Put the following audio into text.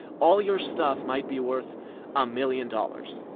all your stuff might be worth a million dollars.